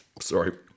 Sorry